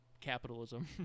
capitalism